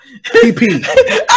PP